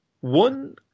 One